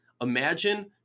Imagine